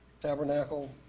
tabernacle